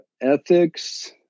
ethics